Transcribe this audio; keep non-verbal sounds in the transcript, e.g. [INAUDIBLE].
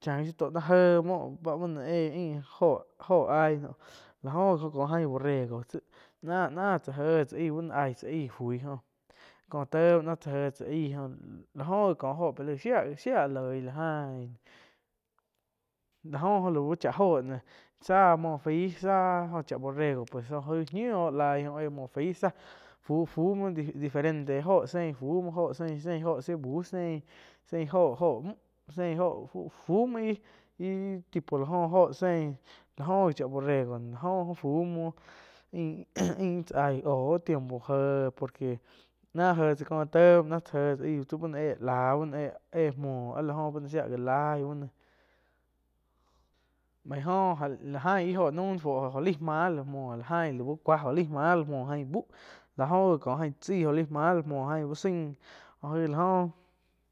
chá shiu tóh náh éh báh muo noh éh jóh oh ain nuam, lá oh gi oh kó ain borrego tsi ná-ná cháh éh chá ain bá no aíh cháh aíh fui có te muo ná ysá éh tsa oh la hó wi kóh lai shia gi shia-shia loih la ain. Lá oh jo lau chá oh noh sáh muo faih sáh jo chá borrego jóh aig ñiu oh lái oh éh faíh tsá fu-fu muoh diferente óho fú muoh óho sein, sein sá buh sein oh müh sein óho fu muo íh-íh tipo la óh sein lá oh ji chá borrego, lá oh jo fu muo ain [NOISE] ain ih tsá aíh óh oh tiempo jéh por que náh jéh tsá có te muo náh tsá éh tsa ain tsi ba nóh éh láh éh-éh muoh áh láh shia gá lai bu. Baig jóh la ain íh óho naum nai fuo óh jo laih máh la muoh ain lau cuá, máh la muo ain bú, láh go ji có ain chaíh oh laig mah la muo ain úh sain jó aig la óh.